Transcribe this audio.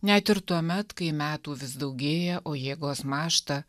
net ir tuomet kai metų vis daugėja o jėgos mąžta